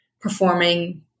performing